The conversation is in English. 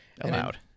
Allowed